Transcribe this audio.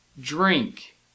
drink